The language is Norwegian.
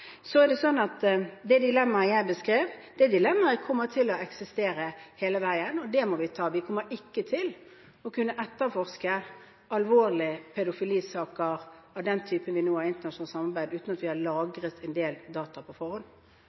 Så er det slik at det dilemmaet jeg beskrev, kommer til å eksistere hele veien, og det må vi ta. Vi kommer ikke til å kunne etterforske alvorlige pedofilisaker av den typen som vi nå har internasjonalt samarbeid om, uten at vi har lagret en del data på forhånd.